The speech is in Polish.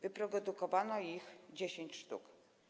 Wyprodukowano ich 10 sztuk.